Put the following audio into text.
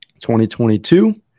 2022